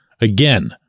Again